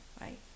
right